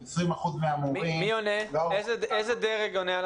20% מהמורים לא ערוכים --- איזה דרגים עונים על